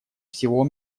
всего